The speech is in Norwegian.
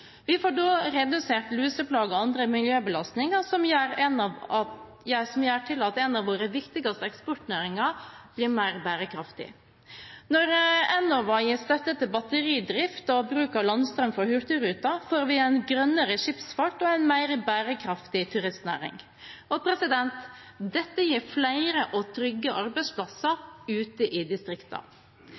Vi får da redusert luseplagen og andre miljøbelastninger, noe som gjør at en av våre viktigste eksportnæringer blir mer bærekraftig. Når Enova gir støtte til batteridrift og bruk av landstrøm for hurtigruta, får vi en grønnere skipsfart og en mer bærekraftig turistnæring. Dette gir flere og trygge arbeidsplasser ute i